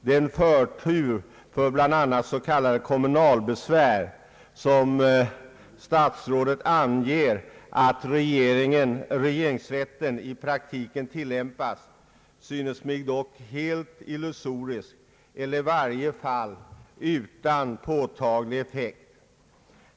Den förtur för bl.a. s.k. kommunalbesvär som statsrådet anger att regeringsrätten i praktiken tillämpar synes mig helt illusorisk eller i varje fall utan påtaglig effekt.